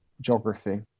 geography